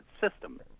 system